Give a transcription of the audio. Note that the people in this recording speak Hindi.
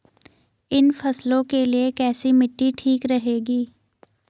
इन फसलों के लिए कैसी मिट्टी ठीक रहेगी?